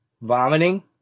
Vomiting